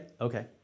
okay